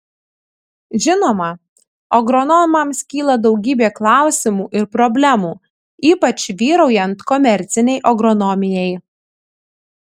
žinoma agronomams kyla daugybė klausimų ir problemų ypač vyraujant komercinei agronomijai